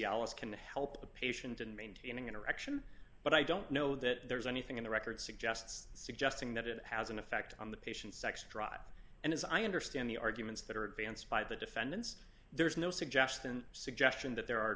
cialis can help the patient in maintaining an erection but i don't know that there's anything in the record suggests suggesting that it has an effect on the patient's sex drive and as i understand the arguments that are advanced by the defendants there's no suggestion suggestion that there are